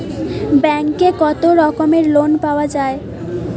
ব্যাঙ্কে কত রকমের লোন পাওয়া য়ায়?